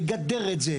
לגדר את זה,